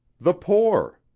the poor,